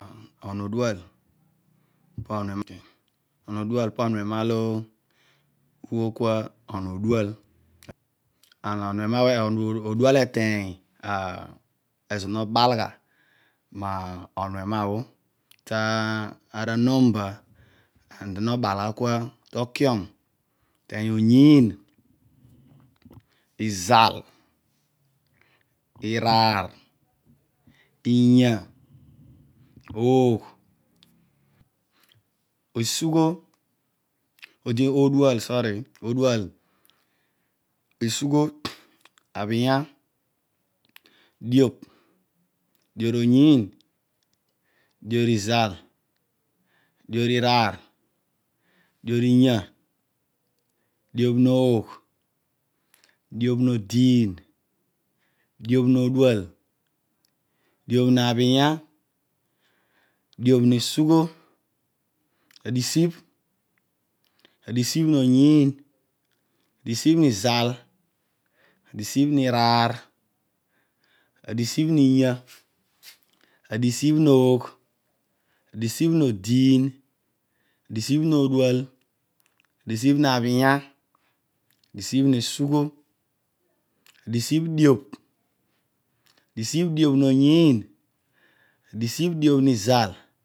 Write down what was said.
Onu odual po onu ema lo ughol kua onu odual, onu odual ateeny ezo olo mobaal gha monu eme bho mita anumba and no bal gha kua tokiom ateeny oyiin izal iraar inya oogh odiin odual abhenya esugho diobh diobh nooyiin diob niinya diobh noogh diobh noodiin diobh noodual adiobh nabheny diobh nesugho adisibh adisibh nooyion adisibh niizal adisibh niin adisibh iraar adisibh niinya adisibh noogh adisibh noodiin adisibh no dual adisibh nu abhenya adisibh neesugho adisibh diobh adisibh diobh nooyiin adisibh diobh nizaa